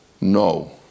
No